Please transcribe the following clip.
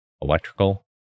electrical